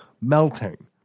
melting